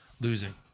losing